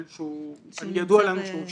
אבל ידוע לנו שהוא שם.